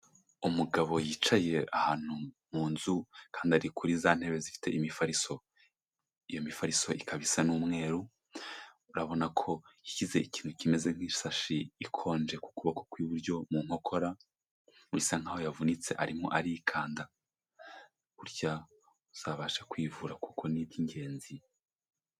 Umugabo yicaye ahantu mu nzu kandi ari kuri za ntebe zifite imifariso, iyo mifariso ikaba isa n'umweru urabona ko yashyize ikintu kimeze nk'isashi ikonje ku kuboko kw'iburyo mu nkokora, bisa nkaho yavunitse arimo arikanda, burya uzabashe kwivura kuko ni iby'ingenzi.